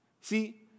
See